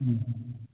ꯎꯝ